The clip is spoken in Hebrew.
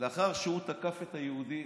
לאחר שהוא תקף את היהודי,